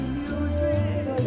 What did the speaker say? music